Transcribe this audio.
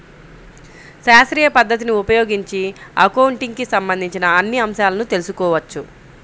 శాస్త్రీయ పద్ధతిని ఉపయోగించి అకౌంటింగ్ కి సంబంధించిన అన్ని అంశాలను తెల్సుకోవచ్చు